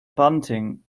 bunting